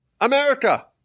America